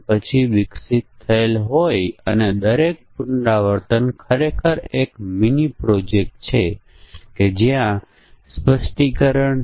અને જો તે અડધા કરતાં વધુ ભરાયેલ હોયઅને તે ઘરેલું ફ્લાઇટ છે દેખીતી વાત છે કે આપણે મફત ભોજન આપતા નથી માફ કરશો આપણે ભોજન આપતા નથી